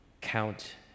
Count